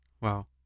Wow